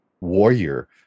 warrior